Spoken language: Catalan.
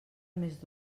més